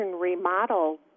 remodel